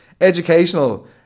educational